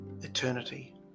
eternity